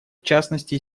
частности